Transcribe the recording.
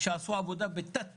שעשו עבודה בתת תנאים,